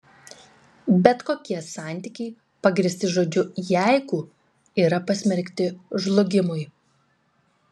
bet kokie santykiai pagrįsti žodžiu jeigu yra pasmerkti žlugimui